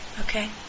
Okay